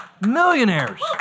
Millionaires